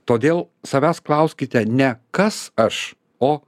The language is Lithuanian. todėl savęs klauskite ne kas aš o